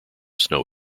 snow